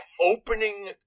opening